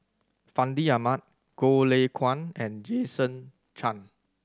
Fandi Ahmad Goh Lay Kuan and Jason Chan